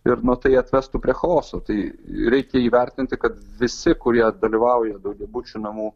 ir nuo tai atvestų prie chaoso tai reikia įvertinti kad visi kurie dalyvauja daugiabučių namų